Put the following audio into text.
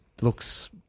Looks